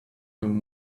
him